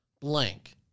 blank